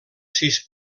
sis